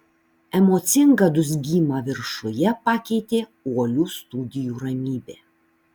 emocingą dūzgimą viršuje pakeitė uolių studijų ramybė